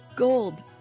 Gold